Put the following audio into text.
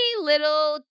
little